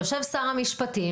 יושב שר המשפטים,